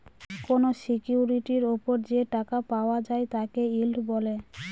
কোনো সিকিউরিটির ওপর যে টাকা পাওয়া যায় তাকে ইল্ড বলে